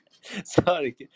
Sorry